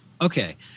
Okay